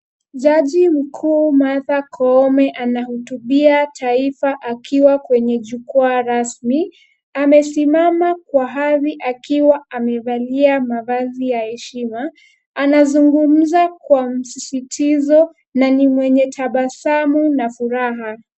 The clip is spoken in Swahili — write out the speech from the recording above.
Jaji mkuu Martha Koome anahutubia taifa akiwa kwenye jukwaa rasmi. Amesimama kwa hadhi akiwa amevalia mavazi ya heshima. Anazungumza kwa msisitizo na ni mwenye tabasamu na furaha.